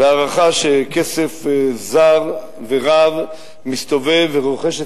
וההערכה היא שכסף זר ורב מסתובב ורוכש את